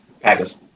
Packers